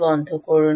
বন্ধ করুন